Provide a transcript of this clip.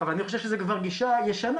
אבל אני חושב שזו כבר גישה ישנה.